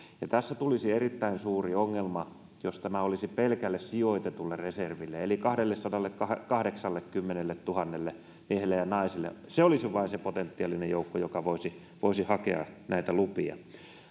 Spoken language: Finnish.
tässä tulisi erittäin suuri ongelma jos tämä olisi pelkälle sijoitetulle reserville eli kahdellesadallekahdeksallekymmenelletuhannelle miehelle ja naiselle se olisi vain se potentiaalinen joukko joka voisi voisi hakea näitä lupia